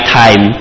time